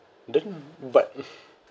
then but